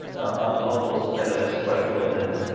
our blog post highlights quite a few of them,